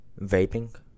vaping